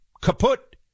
Kaput